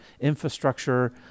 infrastructure